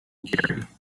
gary